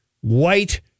white